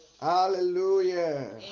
Hallelujah